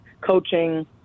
coaching